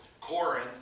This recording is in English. Corinth